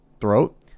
throat